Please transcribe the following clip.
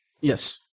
Yes